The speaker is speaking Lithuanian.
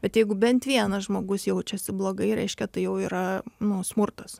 bet jeigu bent vienas žmogus jaučiasi blogai reiškia tai jau yra nu smurtas